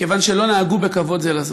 כיוון שלא נהגו בכבוד זה בזו